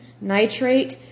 nitrate